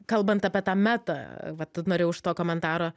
kalbant apie tą meta vat norėjau už to komentaro